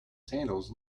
sandals